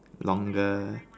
longer